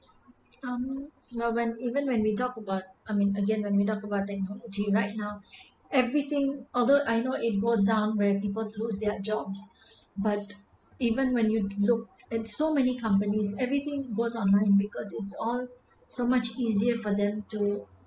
um even when we talk about I mean again then we talk about technology right now everything although I know it goes down where people lose their jobs but even when you'd look at so many companies everything was online there because it's on so much easier for them to